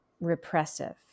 repressive